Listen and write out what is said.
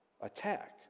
attack